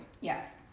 yes